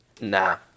nah